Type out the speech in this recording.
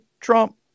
trump